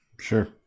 Sure